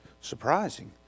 surprising